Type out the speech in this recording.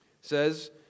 says